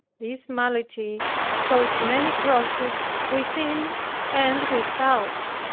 this malady caused many crosses within and without.